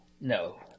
No